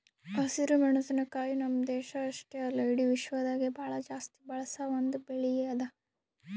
ಹಸಿರು ಮೆಣಸಿನಕಾಯಿ ನಮ್ಮ್ ದೇಶ ಅಷ್ಟೆ ಅಲ್ಲಾ ಇಡಿ ವಿಶ್ವದಾಗೆ ಭಾಳ ಜಾಸ್ತಿ ಬಳಸ ಒಂದ್ ಬೆಳಿ ಅದಾ